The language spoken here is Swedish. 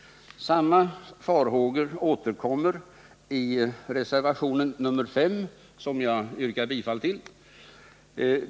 Samma farhågor återkommer i reservationen nr 5, som jag yrkar bifall till.